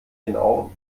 genau